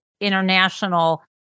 international